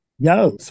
Yes